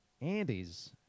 Andy's